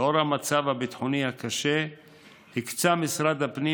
לאור המצב הביטחוני הקשה הקצה משרד הפנים